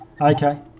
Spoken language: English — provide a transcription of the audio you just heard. Okay